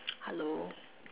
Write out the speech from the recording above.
hello